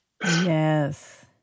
Yes